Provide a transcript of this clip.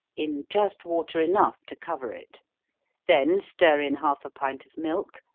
in just water enough to cover it then stir in half a pint of milk,